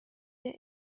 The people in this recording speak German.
der